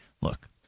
look